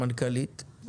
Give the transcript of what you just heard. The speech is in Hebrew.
המנכ"לית,